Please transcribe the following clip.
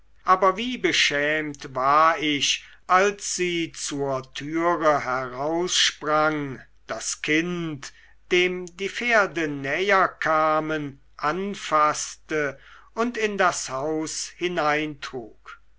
aber wie beschämt war ich als sie zur türe heraussprang das kind dem die pferde näher kamen anfaßte und in das haus hineintrug